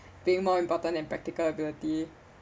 being more important than practical ability